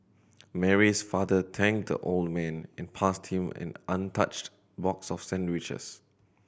Mary's father thanked the old man and passed him an untouched box of sandwiches